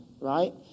Right